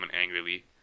angrily